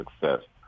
success